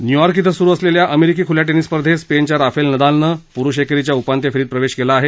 New York इथं स्रू असलेल्या अमेरिकी ख्ल्या टेनिस स्पर्धेत स्पेनच्या राफेल नदालनं प्रुष एकेरीच्या उपांत्य फेरीत प्रवेश केला आहे